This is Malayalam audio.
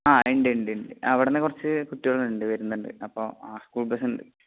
ആ ഉണ്ട് ഉണ്ട് ഉണ്ട് അവിടെനിന്ന് കുറച്ച് കുട്ടികളുണ്ട് വരുന്നുണ്ട് അപ്പോൾ ആ സ്കൂൾ ബസ്സുണ്ട്